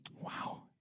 Wow